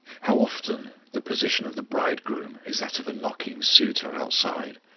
how often the position of the bridegroom is that of a knocking suitor outside,